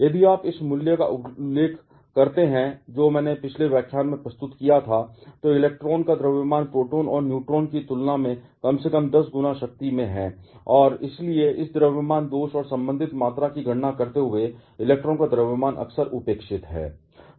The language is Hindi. यदि आप उस मूल्य का उल्लेख करते हैं जो मैंने पिछले व्याख्यान में प्रस्तुत किया था तो इलेक्ट्रॉन का द्रव्यमान प्रोटॉन और न्यूट्रॉन की तुलना में कम से कम 10 गुना शक्ति है और इसलिए इस द्रव्यमान दोष और संबंधित मात्रा की गणना करते हुए इलेक्ट्रॉन का द्रव्यमान अक्सर उपेक्षित है